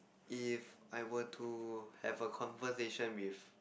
if I were to have a conversation with